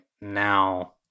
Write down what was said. now